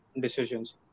decisions